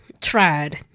Tried